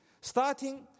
Starting